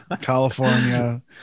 California